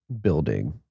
building